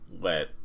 let